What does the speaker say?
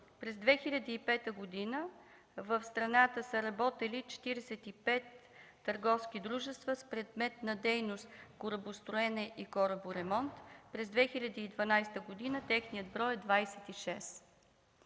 през 2005 г. в страната са работили 45 търговски дружества с предмет на дейност „Корабостроене и кораборемонт”, през 2012 г. техният брой е 26.